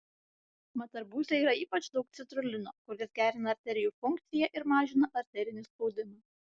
mat arbūze yra ypač daug citrulino kuris gerina arterijų funkciją ir mažina arterinį spaudimą